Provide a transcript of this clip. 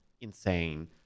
insane